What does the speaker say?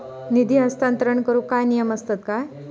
निधी हस्तांतरण करूक काय नियम असतत काय?